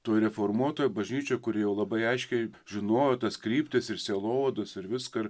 tu reformuotoji bažnyčia kuri labai aiškiai žinojo tas kryptis ir sielovados ir viską